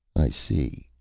i see.